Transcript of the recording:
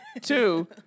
Two